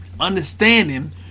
understanding